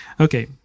Okay